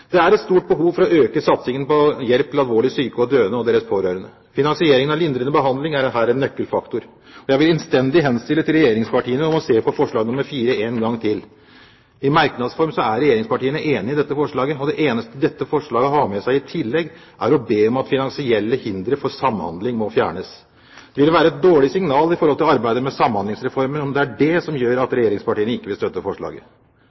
Det er et stort behov for å øke satsingen på hjelp til alvorlig syke og døende og deres pårørende. Finansieringen av lindrende behandling er her en nøkkelfaktor. Jeg vil innstendig henstille til regjeringspartiene om å se på forslag nr. 4 en gang til. I merknadsform er regjeringspartiene enig i dette forslaget. Det eneste dette forslaget har med seg i tillegg, er å be om at finansielle hindre for samhandling må fjernes. Det vil være et dårlig signal med tanke på arbeidet med Samhandlingsreformen, om det er det som gjør at regjeringspartiene ikke vil støtte forslaget.